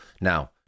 Now